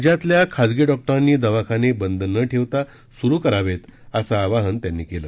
राज्यातल्या खासगी डॉक्टरांनी दवाखाने बंद न ठेवता सुरू करावे असे आवाहन त्यांनी केले